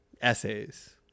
essays